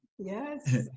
Yes